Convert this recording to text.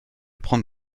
prends